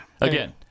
Again